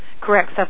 Correct